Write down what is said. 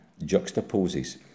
juxtaposes